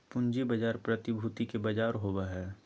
पूँजी बाजार प्रतिभूति के बजार होबा हइ